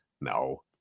No